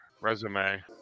resume